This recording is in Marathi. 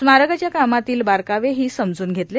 स्मारकाच्या कामातील बारकावेही समजून घेतले